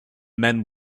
men